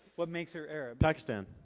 what makes her arab? pakistan.